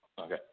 okay